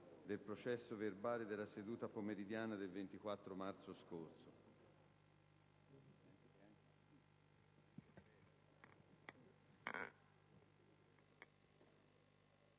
del processo verbale della seduta pomeridiana del 24 marzo*.